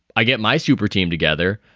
i get my super team together.